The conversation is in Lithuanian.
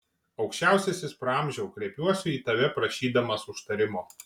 aukščiausiasis praamžiau kreipiuosi į tave prašydamas užtarimo